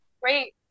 great